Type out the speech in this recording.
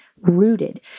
rooted